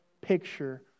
picture